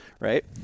right